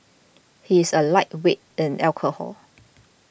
he is a lightweight in alcohol